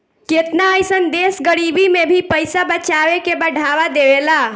केतना अइसन देश गरीबी में भी पइसा बचावे के बढ़ावा देवेला